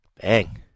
Bang